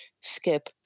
skip